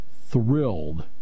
thrilled